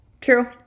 true